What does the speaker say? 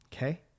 Okay